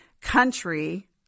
country